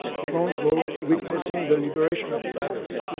front row witnessing the liberation of paris.